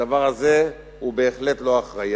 הדבר הזה הוא בהחלט לא אחראי.